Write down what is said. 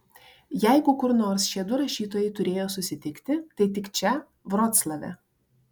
jeigu kur nors šie du rašytojai turėjo susitikti tai tik čia vroclave